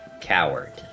Coward